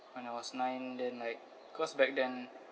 when I was nine then like cause back then